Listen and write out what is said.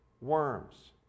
worms